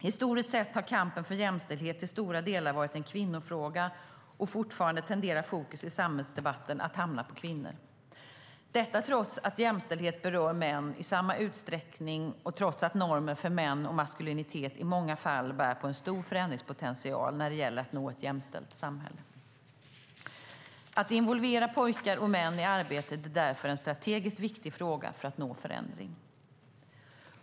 Historiskt sett har kampen för jämställdhet till stora delar varit en kvinnofråga, och fortfarande tenderar fokus i samhällsdebatten att hamna på kvinnor - trots att jämställdhet berör män i samma utsträckning och trots att normer för män och maskulinitet i många fall bär på en stor förändringspotential när det gäller att nå ett jämställt samhälle. Att involvera pojkar och män i arbetet är därför en strategiskt viktig fråga för att nå förändring.